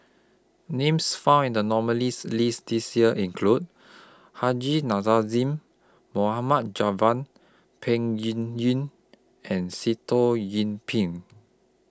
Names found in The nominees' list This Year include Haji Nazazie Mohamed Javad Peng Yuyun and Sitoh Yih Pin